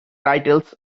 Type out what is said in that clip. titles